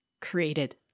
created